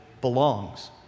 belongs